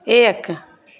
एक